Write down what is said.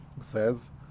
says